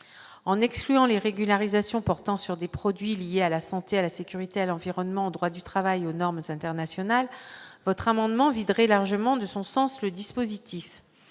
en excluant les régularisations portant sur des produits liés à la santé, à la sécurité à l'environnement en droit du travail aux normes internationales votre amendement viderait largement de son sens le dispositif,